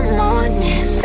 morning